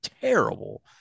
terrible